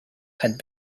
had